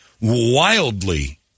wildly